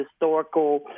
historical